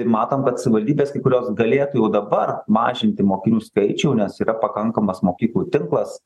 matom kad savivaldybės kai kurios galėtų jau dabar mažinti mokinių skaičių nes yra pakankamas mokyklų tinklas